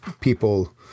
people